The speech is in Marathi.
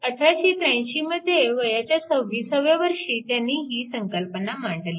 1883 मध्ये वयाच्या 26 व्या वर्षी त्यांनी ही संकल्पना मांडली